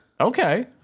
Okay